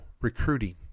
recruiting